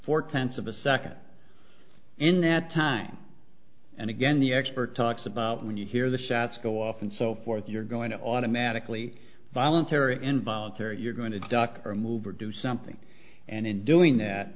second in that time and again the expert talks about when you hear the shots go off and so forth you're going to automatically voluntary or involuntary you're going to duck or move or do something and in doing that